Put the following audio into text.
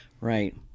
Right